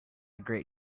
great